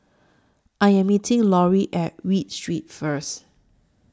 I Am meeting Laurie At Read Street First